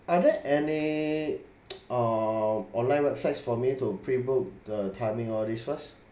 are there any uh online websites for me to pre book the timing all these first